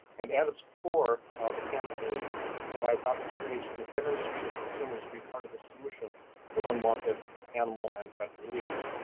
and at its core the campaign provides opportunities from the pet industry to consumers to be part of the solution to unwanted animal and pet release.